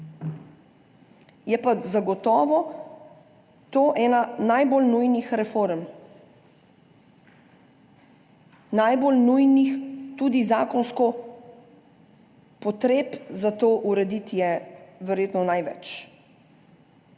Je pa zagotovo to ena najbolj nujnih reform. Najbolj nujnih. Tudi potreb po zakonski ureditvi je verjetno največ.